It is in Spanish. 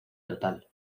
total